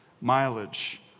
mileage